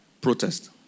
protest